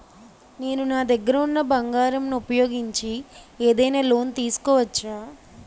నేను నా దగ్గర ఉన్న బంగారం ను ఉపయోగించి ఏదైనా లోన్ తీసుకోవచ్చా?